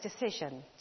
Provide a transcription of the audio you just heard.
decision